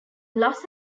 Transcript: los